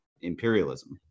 imperialism